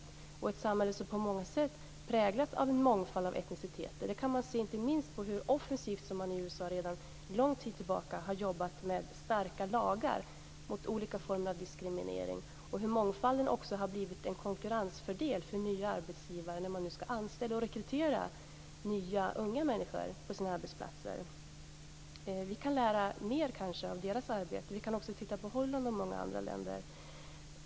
Det är ett samhälle som på många sätt präglas av en mångfald av etniciteter. Det kan vi se inte minst på hur offensivt som man i USA under lång tid har jobbat med starka lagar mot olika former av diskriminering och hur mångfalden har blivit en konkurrensfördel för nya arbetsgivare när de ska anställa och rekrytera nya, unga människor till sina arbetsplatser. Vi kan lära mer av deras arbete. Vi kan också titta på Holland och många andra länder.